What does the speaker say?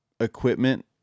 Equipment